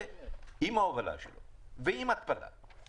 עם ההובלה שלו ועם התפלה שלו.